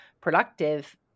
productive